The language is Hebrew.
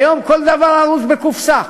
היום כל דבר ארוז בקופסה,